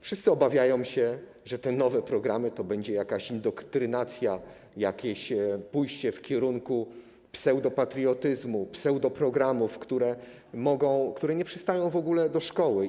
Wszyscy obawiają się, że te nowe programy to będzie jakaś indoktrynacja, jakieś pójście w kierunku pseudopatriotyzmu, pseudoprogramów, które w ogóle nie przystają do szkoły.